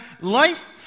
life